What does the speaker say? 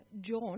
John